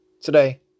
Today